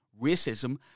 racism